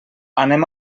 anem